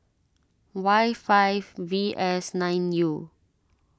Y five V S nine U